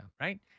Right